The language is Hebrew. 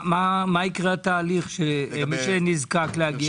מה התהליך לגבי מי שנזקק?